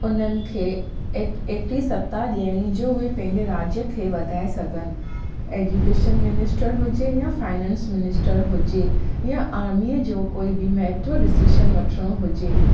उन्हनि खे एतिरी सप्ताह ॾियणी जो उहे पंहिंजे राज्य खे वधाए सघनि एजुकेशन मिनिस्टर हुजे या फाइनैंस मिनिस्टर हुजे या आर्मीअ जो कोई बि महत्व डिसीशन वठिणो हुजे